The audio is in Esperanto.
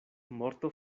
morto